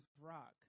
rock